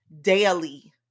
daily